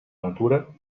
natura